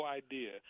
idea